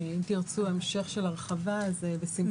אם תרצו המשך של הרחבה בשמחה.